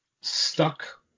stuck